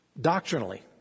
Doctrinally